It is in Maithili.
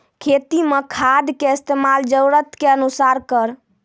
खेती मे खाद के इस्तेमाल जरूरत के अनुसार करऽ